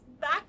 back